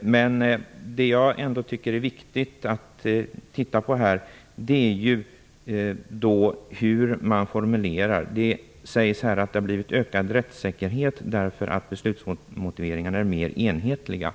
Men det jag tycker är viktigt att se närmare på är hur man formulerar sig. Det sägs att rättssäkerheten har ökat, eftersom beslutsmotiveringarna är mer enhetliga.